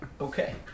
Okay